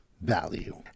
value